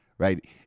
Right